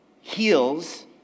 heals